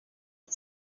had